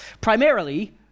primarily